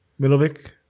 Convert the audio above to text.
Milovic